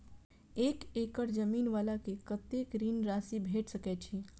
एक एकड़ जमीन वाला के कतेक ऋण राशि भेट सकै छै?